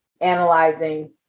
analyzing